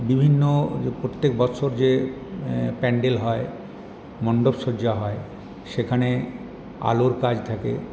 বিভিন্ন যে প্রত্যেক বছর যে প্যান্ডেল হয় মণ্ডপসজ্জা হয় সেখানে আলোর কাজ থাকে